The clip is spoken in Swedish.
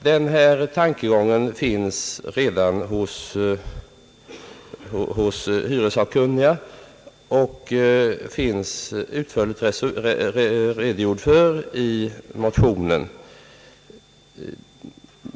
Denna tankegång finns redan hos hyreslagstiftningssakkunniga och är utförligt re dovisad i motionen.